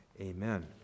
Amen